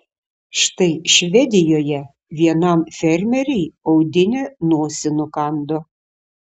štai švedijoje vienam fermeriui audinė nosį nukando